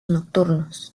nocturnos